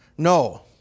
No